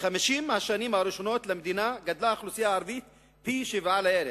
"ב-50 השנים הראשונות למדינה גדלה האוכלוסייה הערבית פי-שבעה לערך.